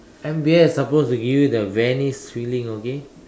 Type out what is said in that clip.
M_B_S is supposed to give you the Venice feeling okay